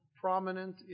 prominent